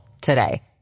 today